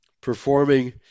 performing